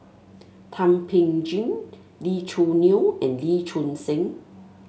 Thum Ping Tjin Lee Choo Neo and Lee Choon Seng